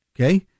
okay